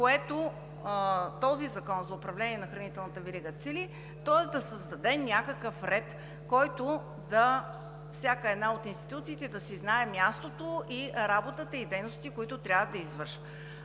което този Закон за управление на хранителната верига цели, тоест да създаде някакъв ред, в който всяка една от институциите да си знае мястото, работата и дейностите, които трябва да извършва.